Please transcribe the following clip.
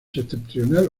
septentrional